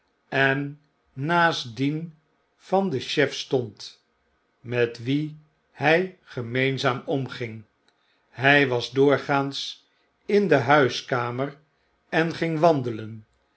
en naast dien van den chef stond met wien hij gemeenzaam omging hjj was doorgaans in de huiskamer en ging wandelen